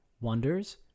wonders